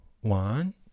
one